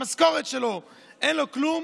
המשכורת שלו, אין לו כלום,